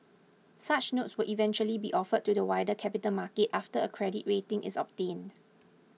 such notes will eventually be offered to the wider capital market after a credit rating is obtained